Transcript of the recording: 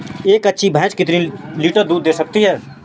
एक अच्छी भैंस कितनी लीटर दूध दे सकती है?